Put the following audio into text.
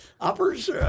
Uppers